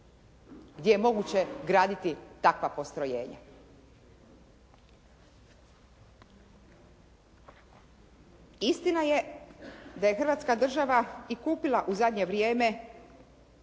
gdje je moguće graditi takva postrojenja? Istina je da je Hrvatska država i kupila u zadnje vrijeme